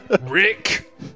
Rick